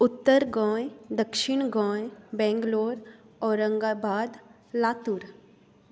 उत्तर गोंय दक्षीण गोंय बँगलोर औरांगाबाद लातूर